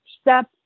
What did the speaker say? step